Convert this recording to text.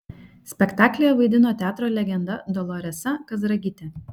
spektaklyje vaidino teatro legenda doloresa kazragytė